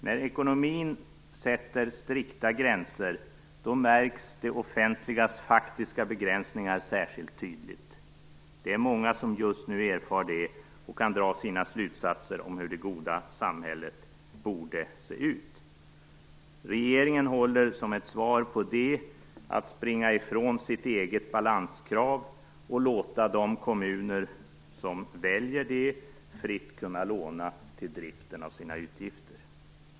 När ekonomin sätter strikta gränser märks det offentligas faktiska begränsningar särskilt tydligt. Det är många som just nu erfar detta och kan dra sina slutsatser om hur det goda samhället borde se ut. Regeringen håller, som ett svar på det, på att springa ifrån sitt eget balanskrav och låta de kommuner som väljer det fritt låna till driften av sina utgifter.